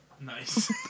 Nice